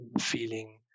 feeling